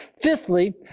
Fifthly